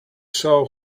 show